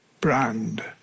brand